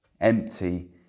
empty